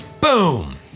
Boom